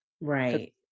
Right